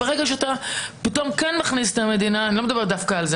וברגע שאתה פתאום כן מכניס את המדינה אני לא מדברת דווקא על זה,